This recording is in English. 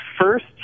first